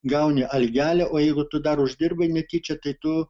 gauni algelę o jeigu tu dar uždirbai netyčia tai tu